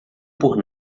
por